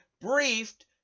briefed